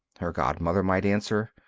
her godmother might answer,